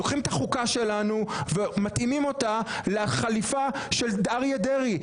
לוקחים את החוקה שלנו ומתאימים אותה לחליפה של אריה דרעי.